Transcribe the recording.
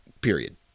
period